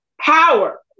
power